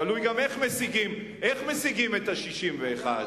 תלוי גם איך משיגים את ה-61.